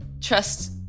Trust